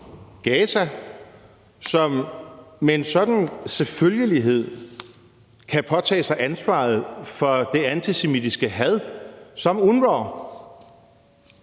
Gaza, som med en sådan selvfølgelighed kan påtage sig ansvaret for det antisemitiske had som UNRWA.